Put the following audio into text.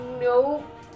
Nope